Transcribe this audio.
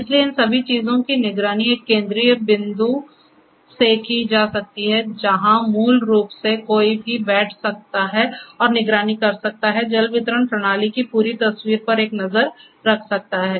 इसलिए इन सभी चीजों की निगरानी एक केंद्रीय बिंदु से की जा सकती है जहां मूल रूप से कोई भी बैठ सकता है और निगरानी कर सकता है जल वितरण प्रणाली की पूरी तस्वीर पर एक नज़र रख सकता है